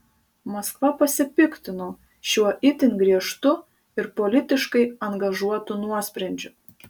maskva pasipiktino šiuo itin griežtu ir politiškai angažuotu nuosprendžiu